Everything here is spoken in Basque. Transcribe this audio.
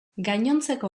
gainontzeko